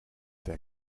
der